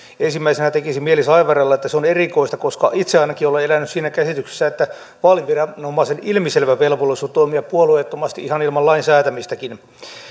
ensimmäisenä tekisi mieli saivarrella että se on erikoista koska itse ainakin olen elänyt siinä käsityksessä että vaaliviranomaisen ilmiselvä velvollisuus on toimia puolueettomasti ihan ilman lain säätämistäkin